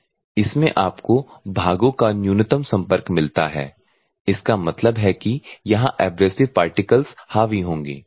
5 1 इसमें आपको भागों का न्यूनतम संपर्क मिलता है इसका मतलब है कि यहां एब्रेसिव पार्टिकल्स हावी होंगे